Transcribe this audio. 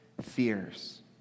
fears